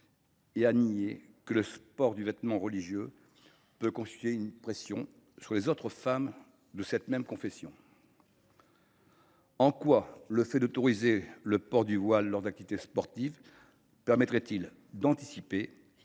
et à nier que le port de vêtements religieux peut représenter une pression pour les autres femmes de même confession. En quoi le fait d’autoriser le port du voile lors d’activités sportives permettrait il d’émanciper,